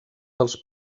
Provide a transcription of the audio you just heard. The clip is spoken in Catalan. dels